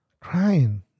crying